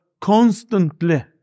constantly